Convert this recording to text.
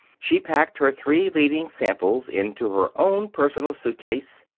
she packed her three leading samples into her own personal suitcase,